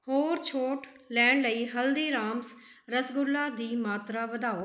ਹੋਰ ਛੋਟ ਲੈਣ ਲਈ ਹਲਦੀਰਾਮਸ ਰਸਗੁੱਲਾ ਦੀ ਮਾਤਰਾ ਵਧਾਓ